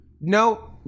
No